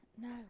no